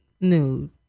nude